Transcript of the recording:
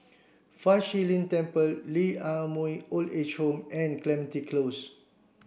Fa Shi Lin Temple Lee Ah Mooi Old Age Home and Clementi Close